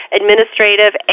administrative